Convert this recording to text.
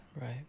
right